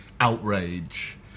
outrage